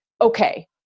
Okay